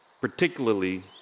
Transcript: particularly